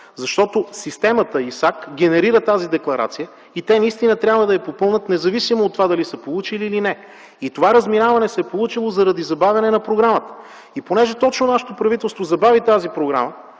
Системата ИСАК генерира тази декларация. Те наистина трябва да я попълнят, независимо дали са получавали или не помощ. Това разминаване се е получило заради забавяне на програмата. Именно защото нашето правителство забави тази програма,